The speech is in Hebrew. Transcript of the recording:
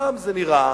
זה גם נראה,